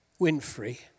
Winfrey